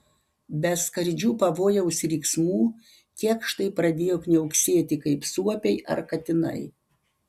be skardžių pavojaus riksmų kėkštai pradėjo kniauksėti kaip suopiai ar katinai